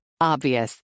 Obvious